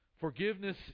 Forgiveness